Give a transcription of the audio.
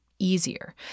easier